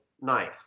knife